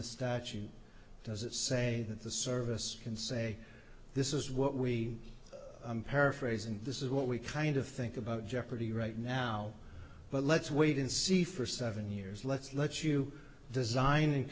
the statute does it say that the service can say this is what we paraphrase and this is what we kind of think about jeopardy right now but let's wait and see for seven years let's let you design